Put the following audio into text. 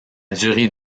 durée